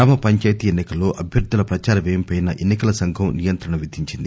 గ్రామ పంచాయతీ ఎన్నికల్లో అభ్యర్థుల ప్రచార వ్యయంపై ఎన్నికల సంఘం నియంత్రణ విధించింది